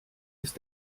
ist